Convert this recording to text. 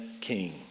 King